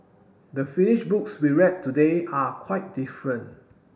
the finish books we read today are quite different